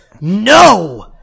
NO